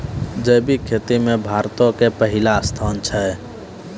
जैविक खेती मे भारतो के पहिला स्थान छै